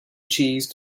cheese